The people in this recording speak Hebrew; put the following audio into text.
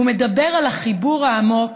הוא מדבר על החיבור העמוק